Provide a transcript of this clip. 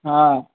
हा